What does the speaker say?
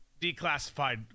declassified